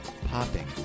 popping